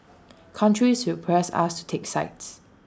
countries will press us to take sides